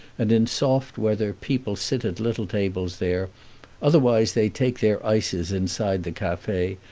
and in soft weather people sit at little tables there otherwise they take their ices inside the cafe,